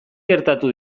gertatu